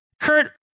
Kurt